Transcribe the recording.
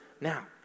now